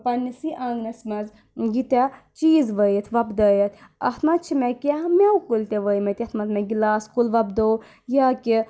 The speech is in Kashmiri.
پنٕنسٕے آنٛگنَس منٛز ییٖتیٛاہ چیٖز وٕیِتھ وۄپدٲیِتھ اَتھ منٛز چھِ مےٚ کینٛہہ میوٕ کُلۍ تہِ وٲمٕتۍ یَتھ منٛز مےٚ گِلاس کُل وۄپٚدوو یا کہِ